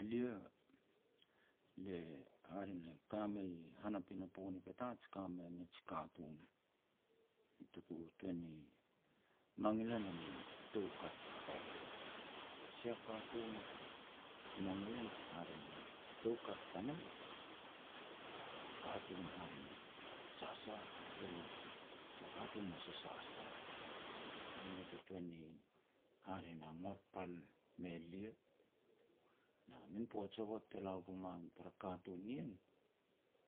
Elia, le hare ne ka mei i han a pinapo ni Petats ka mei mij katun, tuku tuan ni mangil en a min toukat tariru. Kei, sia katun tuku mangil en, hare na toukat tanou, a katun hare ne sasah kuru, jia katun a sasasah. E mei ta tuan ni hare na ngot pal me lia, na min poaj hovot te la gu man tara katun nien,